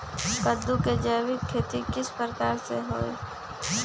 कददु के जैविक खेती किस प्रकार से होई?